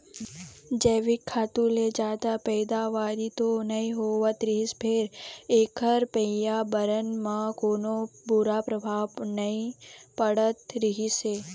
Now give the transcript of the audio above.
जइविक खातू ले जादा पइदावारी तो नइ होवत रहिस फेर एखर परयाबरन म कोनो बूरा परभाव नइ पड़त रहिस हे